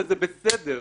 וזה בסדר,